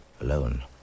alone